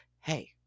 Hey